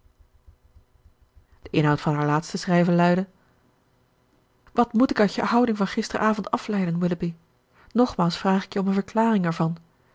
de inhoud van haar laatste schrijven luidde wat moet ik uit je houding van gisteravond afleiden willoughby nogmaals vraag ik je om eene verklaring ervan